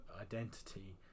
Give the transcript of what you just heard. identity